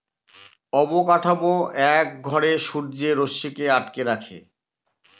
অবকাঠামো এক ঘরে সূর্যের রশ্মিকে আটকে রাখে